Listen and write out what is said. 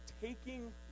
taking